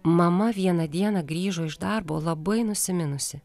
mama vieną dieną grįžo iš darbo labai nusiminusi